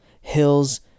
hills